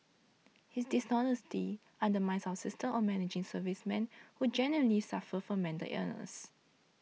his dishonesty undermines our system of managing servicemen who genuinely suffer from mental illness